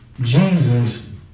Jesus